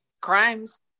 crimes